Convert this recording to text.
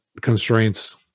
constraints